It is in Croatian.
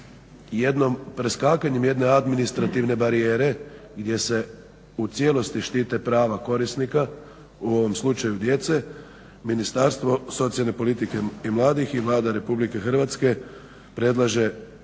Dakle, preskakanjem jedne administrativne barijere gdje se u cijelosti štite prava korisnika, u ovom slučaju djece, Ministarstvo socijalne politike i mladih i Vlada Republike Hrvatske predlaže